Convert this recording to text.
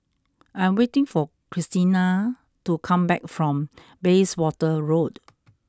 I am waiting for Christina to come back from Bayswater Road